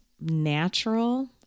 natural